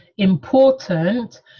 important